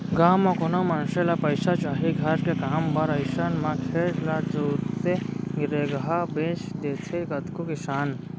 गाँव म कोनो मनसे ल पइसा चाही घर के काम बर अइसन म खेत ल तुरते रेगहा बेंच देथे कतको किसान